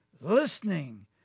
listening